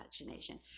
imagination